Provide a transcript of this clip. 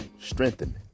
strengthen